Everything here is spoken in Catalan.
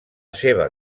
seva